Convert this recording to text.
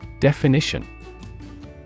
Definition